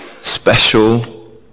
special